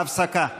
הפסקה.